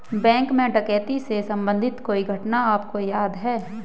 Bank में डकैती से संबंधित कोई घटना आपको याद है?